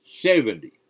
Seventy